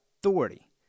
authority